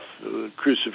crucifixion